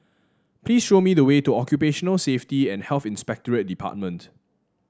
please show me the way to Occupational Safety and Health Inspectorate Department